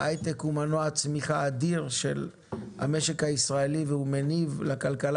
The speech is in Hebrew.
ההיי-טק הוא מנוע צמיחה אדיר של המשק הישראלי והוא מניב לכלכלה